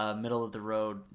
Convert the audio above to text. middle-of-the-road